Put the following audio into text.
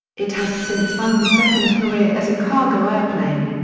it has since found a second career as a cargo airplane.